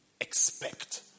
expect